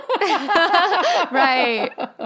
Right